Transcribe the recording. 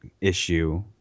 issue